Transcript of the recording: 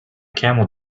camel